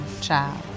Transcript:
child